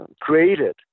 created